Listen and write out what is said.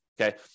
Okay